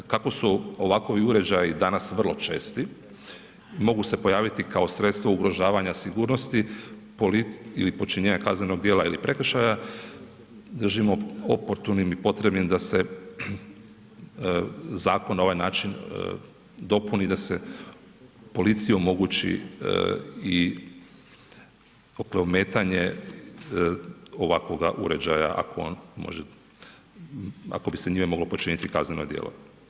Kako su ovakovi uređaji danas vrlo česti mogu se pojaviti kao sredstvo ugrožavanja sigurnosti ili počinjenja kaznenog djela ili prekršaja držimo oportunim i potrebnim da se zakon na ovaj način dopuni da se policiji omogući i ometanje ovakvoga uređaja ako on može, ako bi se njime moglo počiniti kazneno djelo.